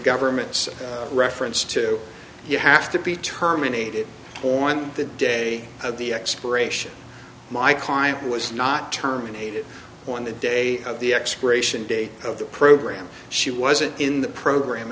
government's reference to you have to be terminated on the day of the expiration my client was not terminated on the day of the expiration date of the program she wasn't in the program